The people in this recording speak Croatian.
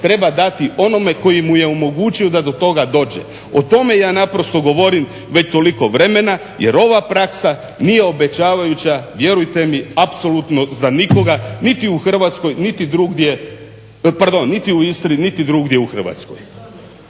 treba dati onome koji mu je omogućio da to toga dođe. O tome ja naprosto govorim već toliko vremena jer ova praksa nije obećavajuća vjerujete mi apsolutno za nikoga niti u Hrvatskoj niti u Istri, niti drugdje u Hrvatskoj.